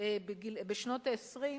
בשנות ה-20 שלהם,